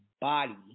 body